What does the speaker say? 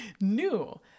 new